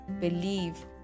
believe